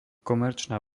komerčná